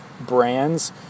brands